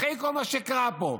אחרי כל מה שקרה פה,